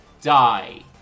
die